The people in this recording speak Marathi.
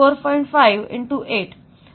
5 8